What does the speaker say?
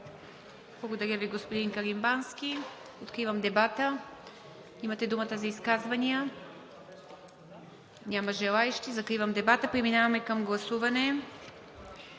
Благодаря Ви, господин Каримански. Откривам дебата – имате думата за изказвания. Няма желаещи, закривам дебата. Преминаваме към гласуване.